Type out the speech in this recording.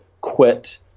quit